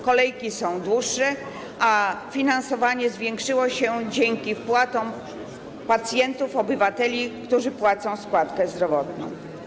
Kolejki są dłuższe, a finansowanie zwiększyło się dzięki wpłatom pacjentów, obywateli, którzy płacą składkę zdrowotną.